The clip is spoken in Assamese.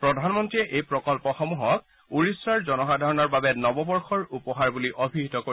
প্ৰধানমন্ত্ৰীয়ে এই প্ৰকল্পসমূহক ওড়িশাৰ জনসাধাৰণৰ বাবে নৱবৰ্ষৰ উপহাৰ বুলি অভিহিত কৰে